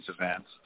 events